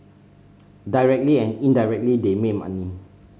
directly and indirectly they made money